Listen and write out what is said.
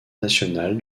national